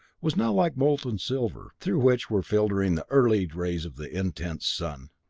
was now like molten silver, through which were filtering the early rays of the intense sun.